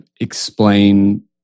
explain